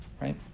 right